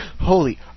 holy